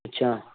अच्छा